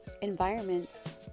environments